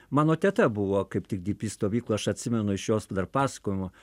mano teta buvo kaip tik dypi stovykloj aš atsimenu iš jos dar pasakojimo